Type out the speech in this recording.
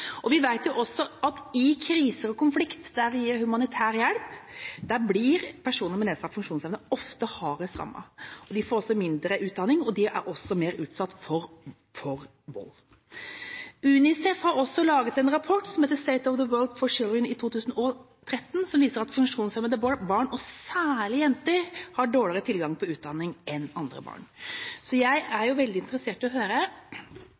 Vi vet også at i kriser og konflikt – der vi gir humanitær hjelp – blir personer med nedsatt funksjonsevne ofte hardest rammet. De får mindre utdanning og er også mer utsatt for vold. UNICEF har laget en rapport som heter «The State of the World’s Children 2013», som viser at funksjonshemmede barn, særlig jenter, har dårligere tilgang på utdanning enn andre barn. Jeg er veldig interessert i å høre